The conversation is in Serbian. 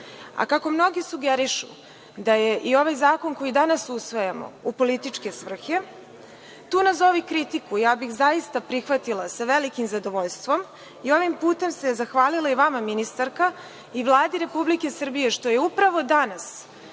A kako mnogi sugerišu da je i ovaj zakon koji danas usvajamo u političke svrhe, tu nazovi kritiku ja bih zaista prihvatila sa velikim zadovoljstvom i ovim putem se zahvalila i vama ministarka i Vladi Republike Srbije što je upravo danas,